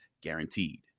Guaranteed